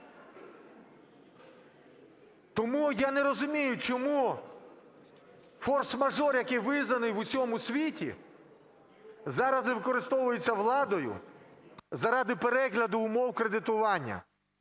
Тому я не розумію, чому форс-мажор, який визнаний в усьому світі, зараз використовується владою заради перегляду умов кредитування,